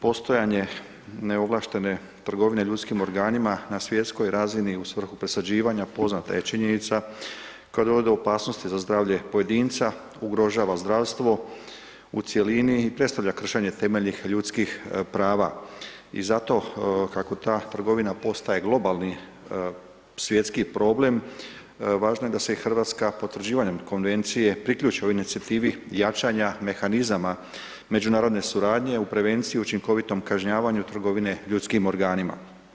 Postojanje neovlaštene trgovine ljudskim organima na svjetskoj razini u svrhu presađivanja, poznata je činjenica koja dovode u opasnosti za zdravlje pojedinca, ugrožava zdravstvo u cjelini i predstavlja kršenje temeljnih ljudskih prava i zato, kako ta trgovina postaje globalni svjetski problem, važno je da se i RH potvrđivanjem Konvencije priključi ovoj inicijativi jačanja mehanizama međunarodne suradnje u prevenciju učinkovitom kažnjavanju trgovine ljudskim organima.